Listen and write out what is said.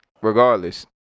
regardless